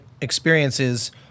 experiences